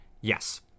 yes